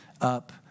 up